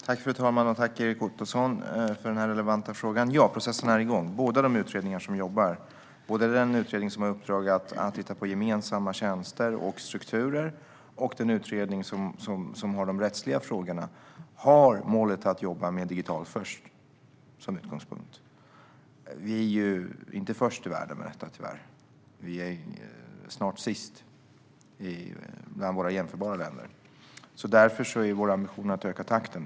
Fru ålderspresident! Jag tackar Erik Ottoson för denna relevanta fråga. Ja, processen är igång i två utredningar. Både den utredning som har i uppdrag att titta på gemensamma tjänster och strukturer och den utredning som har i uppdrag att titta på de rättsliga frågorna har som utgångspunkt målet att jobba med digitalt först. Vi är tyvärr inte först i världen med detta. Vi är snart sist bland våra jämförbara länder. Därför är vår ambition att öka takten.